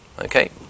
okay